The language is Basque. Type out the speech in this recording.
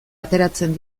ateratzen